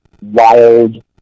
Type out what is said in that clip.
wild